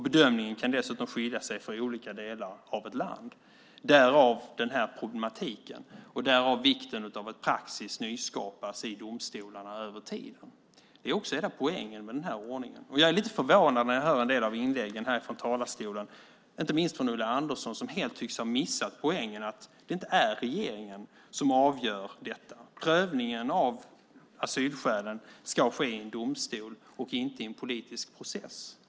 Bedömningen kan dessutom skilja sig åt mellan olika delar av ett land - därav den här problematiken och vikten av att praxis nyskapas i domstolarna över tid. Det är också hela poängen med den här ordningen. Jag är lite förvånad när jag hör en del av inläggen från den här talarstolen, inte minst från Ulla Andersson, som helt tycks ha missat poängen att det inte är regeringen som avgör detta. Prövningen av asylskälen ska ske i domstol och inte i en politisk process.